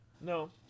No